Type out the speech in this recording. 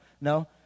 No